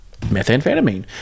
methamphetamine